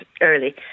early